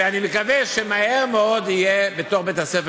ואני מקווה שמהר מאוד יהיה פתרון בתוך בית-הספר.